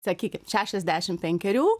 sakyki šešiasdešim penkerių